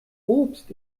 obst